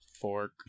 fork